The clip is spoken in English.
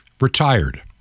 retired